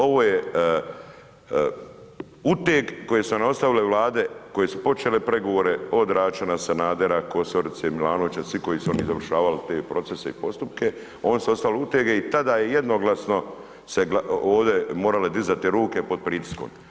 Ovo je uteg koje su nam ostavile Vlade koje su počele pregovore od Račana, Sanadera, Kosorice, Milanovića, svih koji su završavali te procese i postupke, oni su ostavili utege i tada jednoglasno se ovdje morale dizati ruke pod pritiskom